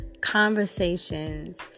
conversations